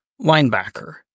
linebacker